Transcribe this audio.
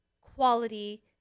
quality